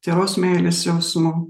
tyros meilės jausmu